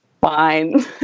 fine